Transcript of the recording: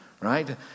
right